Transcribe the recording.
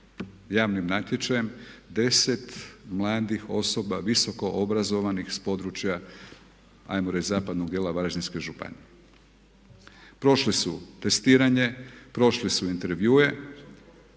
javnim natječajem 10 mladih osoba visoko obrazovanih sa područja hajmo reći zapadnog dijela Varaždinske županije. Prošli su testiranje, prošli su intervjue